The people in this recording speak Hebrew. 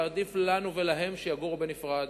עדיף לנו ולהם שיגורו בנפרד,